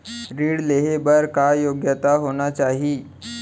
ऋण लेहे बर का योग्यता होना चाही?